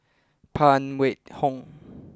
Phan Wait Hong